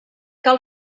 cal